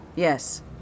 Yes